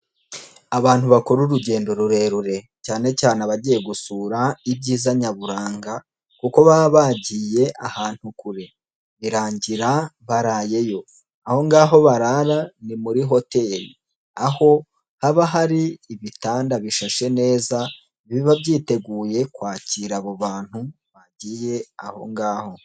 abantu bakora urugendo rurerure cyane cyane abagiye gusura ibyiza nyaburanga kuko baba bagiye ahantu kure birangira barayeyo, aho ngaho barara ni muri hoteli aho haba hari ibitanda bishashe neza, biba byiteguye kwakira abo bantu bagiye aho ngaho.